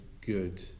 good